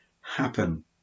happen